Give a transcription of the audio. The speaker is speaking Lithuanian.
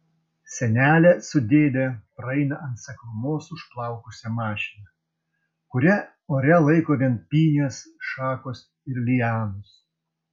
senelė su dėde praeina ant seklumos užplaukusią mašiną kurią ore laiko vien pynės šakos ir lianos